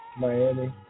Miami